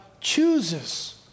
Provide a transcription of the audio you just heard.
chooses